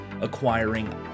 acquiring